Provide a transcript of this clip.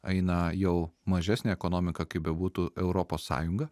aina jau mažesnė ekonomika kaip bebūtų europos sąjunga